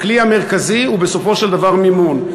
הכלי המרכזי הוא בסופו של דבר מימון.